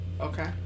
okay